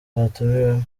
batumiwemo